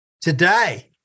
today